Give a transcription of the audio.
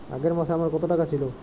আগের মাসে আমার কত টাকা ছিল?